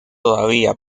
todavía